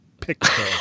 picture